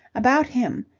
about him,